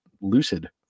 lucid